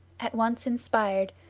at once inspired,